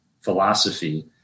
philosophy